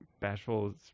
Bashful